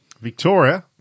Victoria